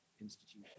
institution